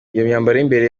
y’imbere